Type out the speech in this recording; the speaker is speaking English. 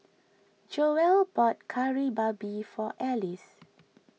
Joell bought Kari Babi for Elise